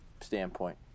standpoint